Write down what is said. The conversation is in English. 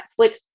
Netflix